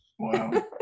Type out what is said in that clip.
Wow